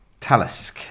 Talisk